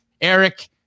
Eric